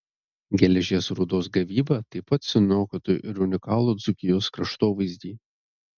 geležies rūdos gavyba taip pat suniokotų ir unikalų dzūkijos kraštovaizdį